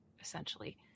essentially